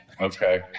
Okay